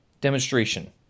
demonstration